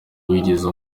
wigeze